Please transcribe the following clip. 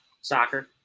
soccer